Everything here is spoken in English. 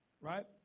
Right